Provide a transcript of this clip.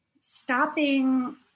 stopping